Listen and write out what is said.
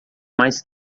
mais